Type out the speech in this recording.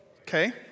Okay